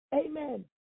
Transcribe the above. amen